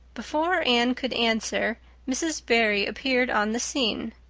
before anne could answer mrs. barry appeared on the scene.